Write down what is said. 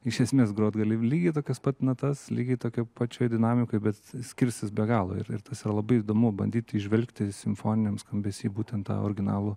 iš esmės grot gali lygiai tokias pat natas lygiai tokioj pačioj dinamikoj bet skirsis be galo ir tas yra labai įdomu bandyti įžvelgti simfoniniam skambesį būtent tą originalų